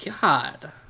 God